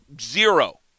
Zero